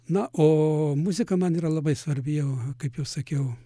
na o muzika man yra labai svarbi jau kaip jau sakiau